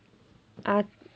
uh